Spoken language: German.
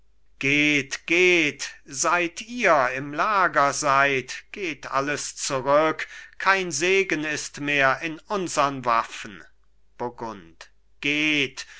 geht geht seit ihr im lager seid geht alles zurück kein segen ist mehr in unsern waffen burgund geht